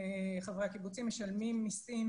משלמים מסים,